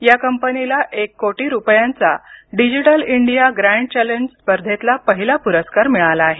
या कंपनीला एक कोटी रुपयांचा डिजिटल इंडिया प्रँड चँलेंज स्पर्धेतला पहिला पुरस्कार मिळाला आहे